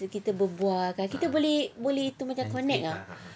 bila kita berbual kan kita boleh boleh tu macam connect ah